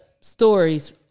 stories